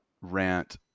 rant